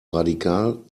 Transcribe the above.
radikal